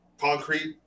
concrete